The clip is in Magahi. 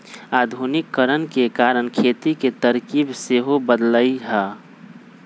आधुनिकीकरण के कारण खेती के तरकिब सेहो बदललइ ह